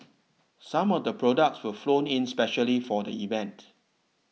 some of the products were flown in specially for the event